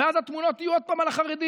ואז התמונות יהיו עוד פעם על החרדים.